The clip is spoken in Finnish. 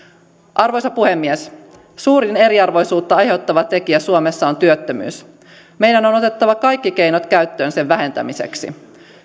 arvoisa puhemies suurin eriarvoisuutta aiheuttava tekijä suomessa on työttömyys meidän on otettava kaikki keinot käyttöön sen vähentämiseksi